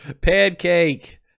pancake